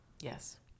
yes